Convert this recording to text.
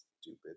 stupid